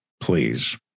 please